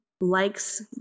likes